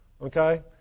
okay